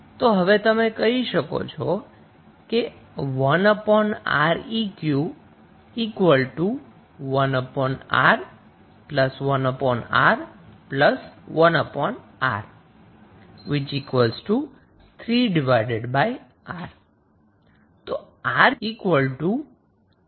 તો હવે તમે 1Req 1R 1R 1R 3R Req 3R લખી શકો છો